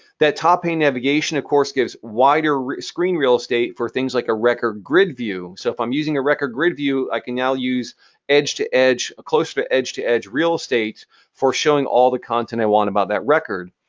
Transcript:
that top-hand navigation of course gives wider screen real estate for things like a record grid view. so if i'm using a record grid view i can now use edge-to-edge or closer to edge-to-edge real estate for showing all the content i want about that record.